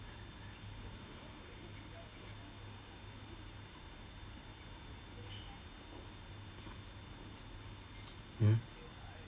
mmhmm